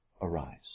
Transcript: arise